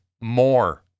more